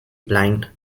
blind